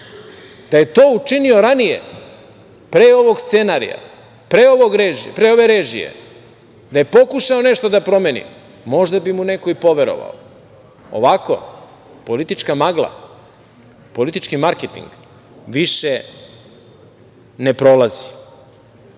Da je to učinio ranije pre ovog scenarija, pre ove režije, da je pokušao nešto da promeni možda bi mu neko i poverovao. Ovako, politička magla, politički marketing, više ne prolazi. Kada